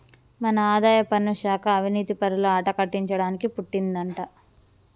మన ఆదాయపన్ను శాఖ అవనీతిపరుల ఆట కట్టించడానికి పుట్టిందంటా